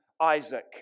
Isaac